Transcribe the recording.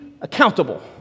accountable